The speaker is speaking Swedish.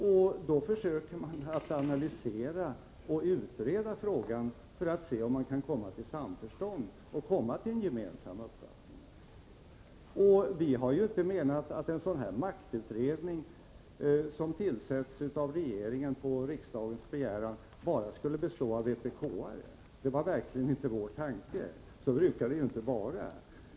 Och då försöker man analysera och utreda frågor för att se om man kan uppnå samförstånd och en gemensam uppfattning. Vi har inte menat att en sådan här maktutredning, som skulle tillsättas av regeringen på riksdagens begäran, bara skulle bestå av vpk-are. Det var verkligen inte vår tanke! Så brukar det inte vara.